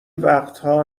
وقتها